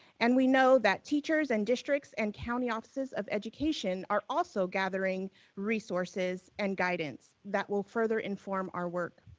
and we know that teachers and districts and county offices of education are also gathering resources and guidance that will further inform our work.